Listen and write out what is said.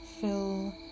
fill